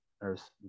Earth